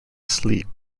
sleep